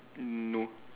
no